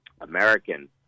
American